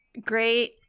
great